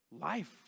life